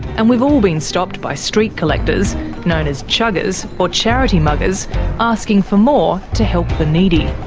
and we've all been stopped by street collectors known as chuggers or charity muggers asking for more to help the needy.